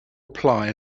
apply